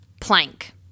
plank